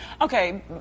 Okay